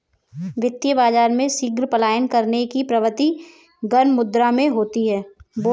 वित्तीय बाजार में शीघ्र पलायन करने की प्रवृत्ति गर्म मुद्रा में होती है